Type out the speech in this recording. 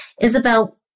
Isabel